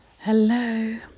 hello